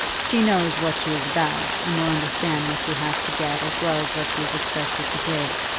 she knows what she is about, and will understand what she has to get as well as what she is expected to give.